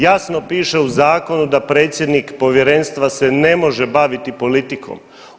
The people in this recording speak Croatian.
Jasno piše u zakonu da predsjednik povjerenstva se ne može baviti politikom.